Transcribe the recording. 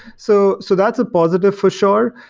so so that's a positive for sure.